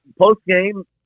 post-game